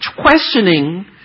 questioning